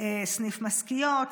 סניף משכיות,